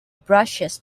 brushes